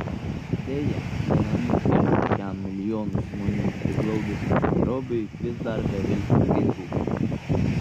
deja deramų kelių šiam milijonus žmonių priglaudusiam nairobiui vis dar beviltiškai trūksta